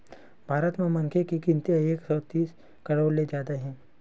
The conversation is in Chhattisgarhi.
भारत म मनखे के गिनती ह एक सौ तीस करोड़ ले जादा हे